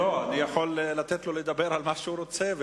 אני יכול לתת לו לדבר על מה שהוא רוצה,